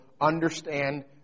understand